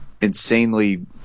insanely